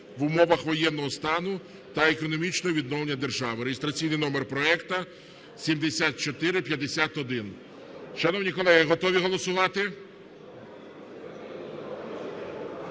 в умовах воєнного стану та економічного відновлення держави (реєстраційний номер проекту 7451). Шановні колеги, готові голосувати?